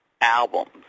albums